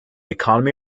economy